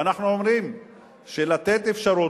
ואנחנו אומרים שלתת אפשרות,